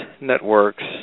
networks